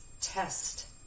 test